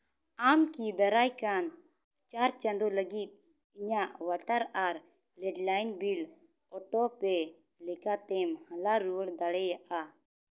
ᱟᱢ ᱠᱤ ᱫᱟᱨᱟᱭ ᱠᱟᱱ ᱪᱟᱨ ᱪᱟᱸᱫᱚ ᱞᱟᱹᱜᱤᱫ ᱤᱧᱟᱹᱜ ᱚᱣᱟᱴᱟᱨ ᱟᱨ ᱞᱮᱱᱰᱞᱟᱭᱤᱱ ᱵᱤᱞ ᱚᱴᱳ ᱯᱮ ᱞᱮᱠᱟᱛᱮᱢ ᱦᱟᱞᱟ ᱨᱩᱣᱟᱹᱲ ᱫᱟᱲᱮᱭᱟᱜᱼᱟ